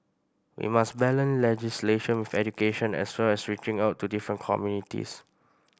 we must balance legislation with education as well as reaching out to different communities